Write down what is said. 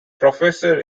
professor